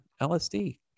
LSD